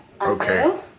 Okay